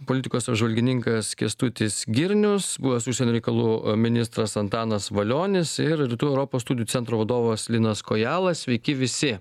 politikos apžvalgininkas kęstutis girnius buvęs užsienio reikalų ministras antanas valionis ir rytų europos studijų centro vadovas linas kojala sveiki visi